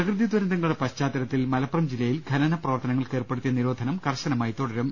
പ്രകൃതി ദുരന്തങ്ങളുടെ പശ്ചാത്തലത്തിൽ മലപ്പുറം ജില്ലയിൽ ഖനന പ്രവർത്തനങ്ങൾക്ക് ഏർപ്പെടുത്തിയ നിരോധനം കർശനമായി തുടരും